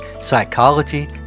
psychology